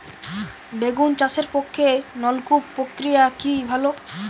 বেগুন চাষের পক্ষে নলকূপ প্রক্রিয়া কি ভালো?